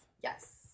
Yes